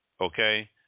Okay